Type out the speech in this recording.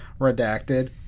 Redacted